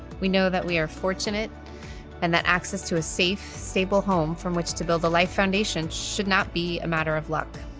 we know that we are fortunate and that access to a safe, stable home from which to build a life foundation should not be a matter of luck,